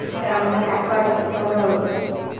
कामधन्धा करयसँ कोनो